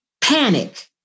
panic